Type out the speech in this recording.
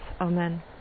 Amen